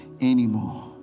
anymore